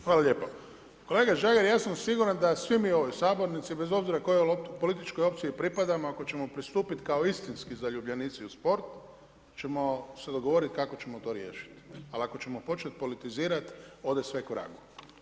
Hvala lijepa, kolega Žagar ja sam siguran da svi mi u ovoj sabornici bez obzira kojoj političkoj opciji pripadamo ako ćemo pristupit kao istinski zaljubljenici u sport ćemo se dogovorit kako ćemo to riješit, ali ako ćemo počet politizirat ode sve kvragu.